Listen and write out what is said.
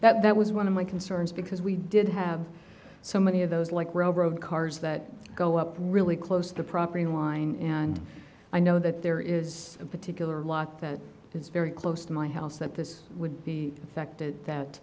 that that was one of my concerns because we did have so many of those like railroad cars that go up really close to the property line and i know that there is a particular lot that is very close to my house that this would be a sect that